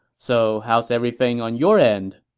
so how's everything on your end?